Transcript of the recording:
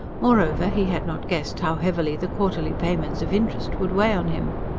moreover, he had not guessed how heavily the quarterly payments of interest would weigh on him.